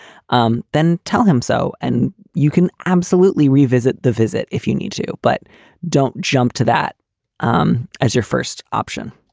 um then tell him so and you can absolutely revisit the visit if you need to. but don't jump to that um as your first option